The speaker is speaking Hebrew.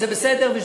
וזה בסדר,